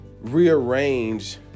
rearrange